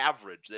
average